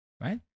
Right